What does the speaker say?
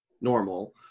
normal